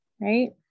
right